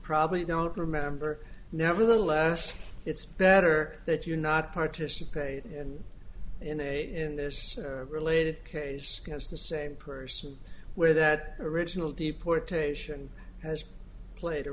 probably don't remember nevertheless it's better that you not participate in this related case because the same person where that original deportation has played a